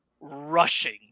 rushing